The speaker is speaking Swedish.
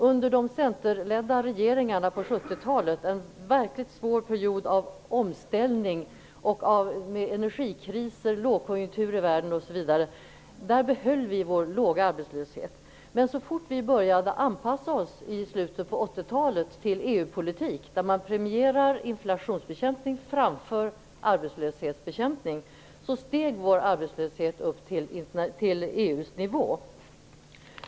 Under de centerledda regeringarna på 70-talet -- en verkligt svår period av omställning med energikriser, lågkonjunktur i världen osv. -- behöll vi vår låga arbetslöshet. Men så fort vi började anpassa oss till EU-politik i slutet på 80-talet, i vilken man premierar inflationsbekämpning framför arbetslöshetsbekämpning, steg vår arbetslöshet upp till EU:s nivå.